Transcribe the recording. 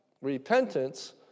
repentance